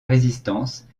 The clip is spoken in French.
résistance